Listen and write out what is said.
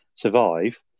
survive